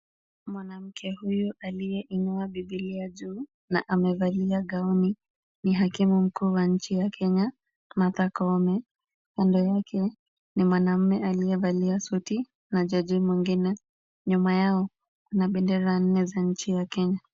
Mwanamke huyu aliyeinua Bibilia juu na amevalia gauni ni hakimu mkuu wa nchi ya Kenya Martha Koome. Kando yake ni mwanaume aliyevalia suti na jaji mwingine. Nyuma yao kuna bendera nne za nchi ya Kenya.